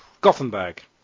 Gothenburg